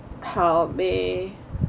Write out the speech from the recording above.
好呗